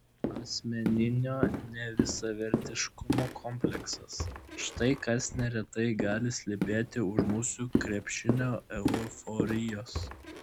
asmeninio nevisavertiškumo kompleksas štai kas neretai gali slypėti už mūsų krepšinio euforijos